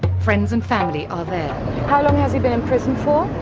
friends and family are there. how long has he been in prison for?